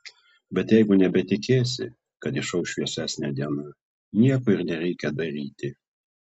bet jeigu nebetikėsi kad išauš šviesesnė diena nieko ir nereikia daryti